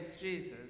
Jesus